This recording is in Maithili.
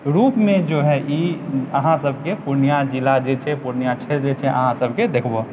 रूपमे जो है ई अहाँसभके पूर्णिया जिला जे छै पूर्णिया क्षेत्र जे छै अहाँसभके देखबओ